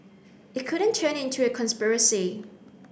it couldn't turn into a conspiracy